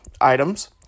items